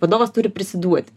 vadovas turi prisiduoti